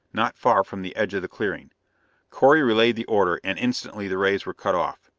not far from the edge of the clearing correy relayed the order, and instantly the rays were cut off.